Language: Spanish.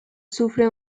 sufre